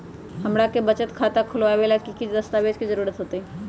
हमरा के बचत खाता खोलबाबे ला की की दस्तावेज के जरूरत होतई?